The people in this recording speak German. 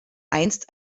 einst